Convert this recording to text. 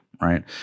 right